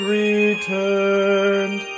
returned